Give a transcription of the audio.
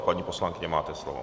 Paní poslankyně, máte slovo.